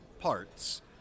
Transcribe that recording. parts